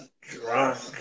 drunk